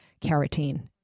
carotene